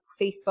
Facebook